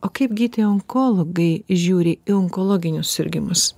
o kaipgi tie onkologai žiūri į onkologinius sirgimus